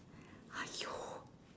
!aiyo!